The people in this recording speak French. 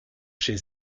chez